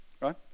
right